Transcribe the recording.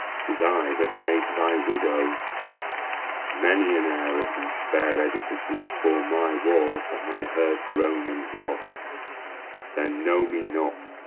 tis i that made thy widows many an heir of these fair edifices fore my wars have i heard groan and drop then know me not.